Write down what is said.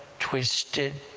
twisted,